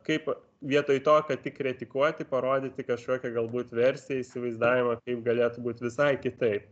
kaip vietoj to kad tik kritikuoti parodyti kažkokią galbūt versiją įsivaizdavimą kaip galėtų būti visai kitaip